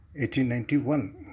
1891